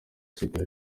basigaye